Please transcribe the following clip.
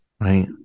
Right